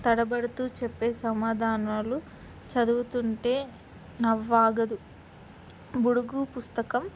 తడబడుతూ చెప్పే సమాధానాలు చదువుతుంటే నవ్వాగదు బుడుగు పుస్తకం